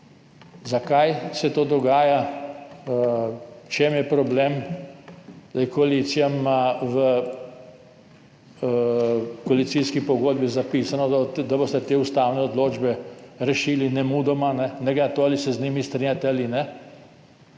Zakaj se to dogaja? V čem je problem? Koalicija ima v koalicijski pogodbi zapisano, da boste te ustavne odločbe rešili nemudoma, ne glede na to, ali se z njimi strinjate ali ne,